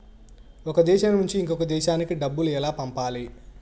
ఒక దేశం నుంచి ఇంకొక దేశానికి డబ్బులు ఎలా పంపాలి?